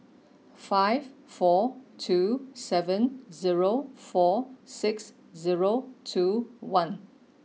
five four two seven zero four six zero two one